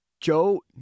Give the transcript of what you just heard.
Joe